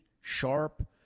sharp